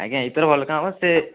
ଆଜ୍ଞା ଏଇଥର ଭଲ କାମ ସେ